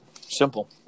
Simple